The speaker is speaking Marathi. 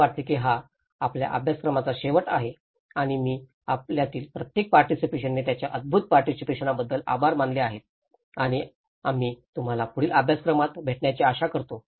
मला वाटते की हा आपल्या अभ्यासक्रमाचा शेवट आहे आणि मी त्यांच्यातील प्रत्येक पार्टीसिपेशने त्यांच्या अद्भुत पार्टीसिपेशना बद्दल आभार मानले आहेत आणि आम्ही तुम्हाला पुढील अभ्यासक्रमांत भेटण्याची आशा करतो